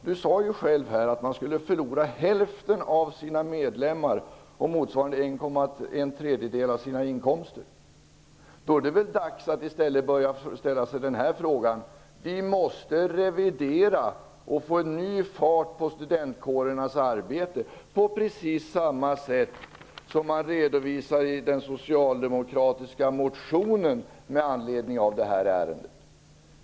Han sade själv att man skulle förlora hälften av medlemmarna och motsvarande en tredjedel av inkomsterna. Då är det väl dags att ställa frågan om att revidera och få ny fart på studentkårernas arbete på precis samma sätt som redovisas i den socialdemokratiska motionen med anledning av detta ärende.